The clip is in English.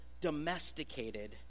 domesticated